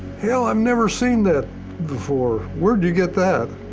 hell, i've never seen that before. where'd you get that?